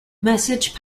message